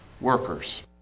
workers